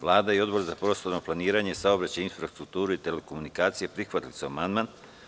Vlada i Odbor za prostorno planiranje, saobraćaj, infrastrukturu i telekomunikacije prihvatili su amandman.